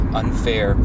unfair